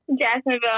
jacksonville